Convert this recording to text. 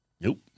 Nope